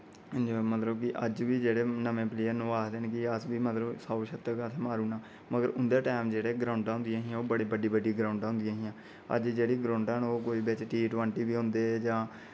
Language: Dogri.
जि'यां मतलब कि अज्ज बी जेह्ड़े नमें प्लेयर न ओह् आखदे न कि अस बी मतलब सौ शतक अस मारुना मगर उं'दे टैम जेह्ड़ी ग्राउंडां होन्दियां हियां ओह् बड़ी बड्डी बड्डी ग्राउंडां होन्दियां हियां अज्ज जेह्ड़ी ग्राउंडां न ओह् कोई बिच टी ट्वेंटी बी होंदे जां